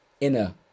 inner